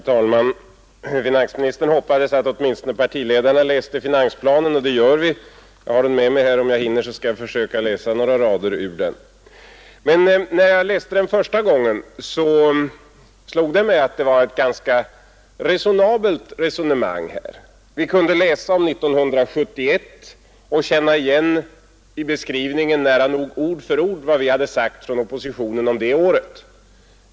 Herr talman! Finansministern hoppades att åtminstone partiledarna läste finansplanen. Det gör vi — jag har den med mig här, och om jag hinner skall jag läsa upp några rader ur den. När jag läste den första gången slog det mig att det var ett ganska förnuftigt resonemang som fördes. Vi kunde läsa om 1971 och i beskrivningen nära nog ord för ord känna igen vad vi hade sagt från oppositionen om det året.